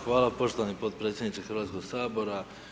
Hvala poštovani potpredsjedniče Hrvatskog sabora.